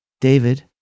David